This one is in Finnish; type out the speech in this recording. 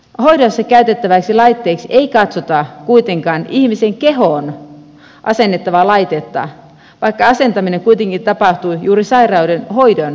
hoidossa käytettäväksi laitteeksi ei katsota kuitenkaan ihmisen kehoon asennettavaa laitetta vaikka asentaminen kuitenkin tapahtuu juuri sairauden hoidon vuoksi